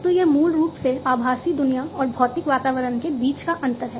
तो यह मूल रूप से आभासी दुनिया और भौतिक वातावरण के बीच का अंतर है